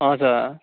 हजुर